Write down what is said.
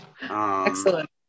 Excellent